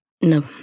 No